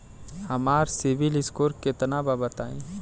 हमार CIBIL score केतना बा बताईं?